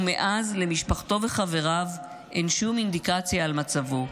ומאז למשפחתו וחבריו אין שום אינדיקציה על מצבו.